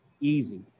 easy